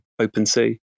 OpenSea